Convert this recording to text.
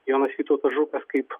jonas vytautas žukas kaip